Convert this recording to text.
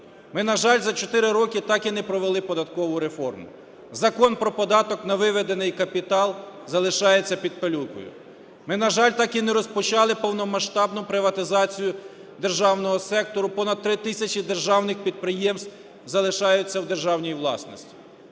Ми, на жаль, за чотири роки так і не провели податкову реформу. Закон про податок на виведений капітал залишається під пилюкою. Ми, на жаль, так і не розпочали повномасштабну приватизацію державного сектору, понад три тисячі державних підприємств залишаються у державній власності.